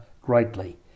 greatly